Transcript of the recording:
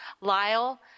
Lyle